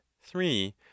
three